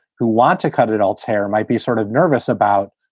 who want to cut it all tear might be sort of nervous about,